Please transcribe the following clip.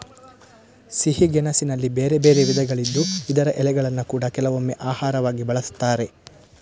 ಸಿಹಿ ಗೆಣಸಿನಲ್ಲಿ ಬೇರೆ ಬೇರೆ ವಿಧಗಳಿದ್ದು ಇದರ ಎಲೆಗಳನ್ನ ಕೂಡಾ ಕೆಲವೊಮ್ಮೆ ಆಹಾರವಾಗಿ ಬಳಸ್ತಾರೆ